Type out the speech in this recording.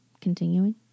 continuing